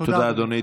תודה, אדוני.